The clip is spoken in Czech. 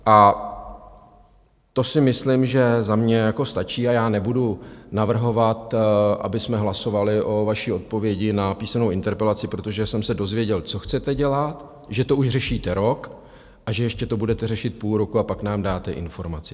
A to si myslím, že za mě stačí a já nebudu navrhovat, abychom hlasovali o vaší odpovědi na písemnou interpelaci, protože jsem se dozvěděl, co chcete dělat, že to už řešíte rok a že ještě to budete řešit půl roku a pak nám dáte informaci.